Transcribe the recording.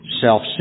self